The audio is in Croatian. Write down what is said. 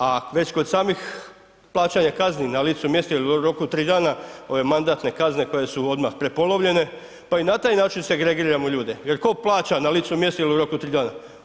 A već kod samih plaćanja kazni na licu mjesta ili u roku od 3 dana ove mandatne kazne koje su odmah prepolovljene, pa i na taj način segregiramo ljude jer tko plaća na licu mjesta ili u roku od 3 dana?